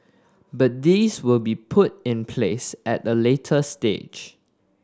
but these will be put in place at a later stage